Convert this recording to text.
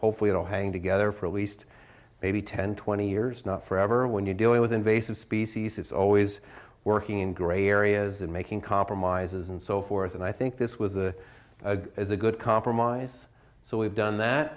hopefully it will hang together for at least maybe ten twenty years not forever when you do it with invasive species it's always working in gray areas and making compromises and so forth and i think this was a as a good compromise so we've done that